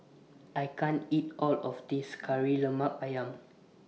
I can't eat All of This Kari Lemak Ayam